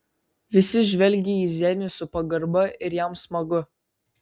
visi žvelgia į zenių su pagarba ir jam smagu